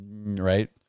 Right